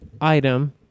item